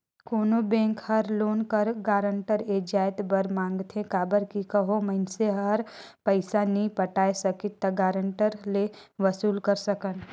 कोनो बेंक हर लोन कर गारंटर ए जाएत बर मांगथे काबर कि कहों मइनसे हर पइसा नी पटाए सकिस ता गारंटर ले वसूल कर सकन